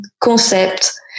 concept